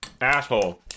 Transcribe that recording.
Asshole